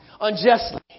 unjustly